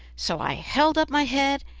so i held up my head,